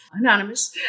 anonymous